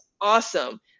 awesome